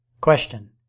Question